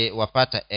wapata